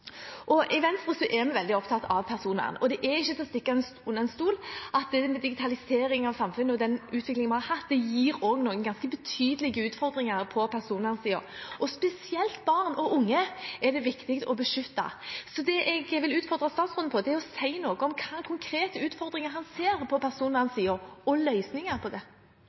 personvern, og det er ikke til å stikke under stol at digitalisering av samfunnet og den utviklingen vi har hatt her, også gir noen ganske betydelige utfordringer på personvernsiden. Spesielt er det viktig å beskytte barn og unge, så det jeg vil utfordre statsråden på, er å si noe om hvilke konkrete utfordringer han ser på personvernsiden – og de løsningene han ser på dette. Det